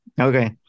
Okay